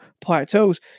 plateaus